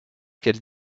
qu’elle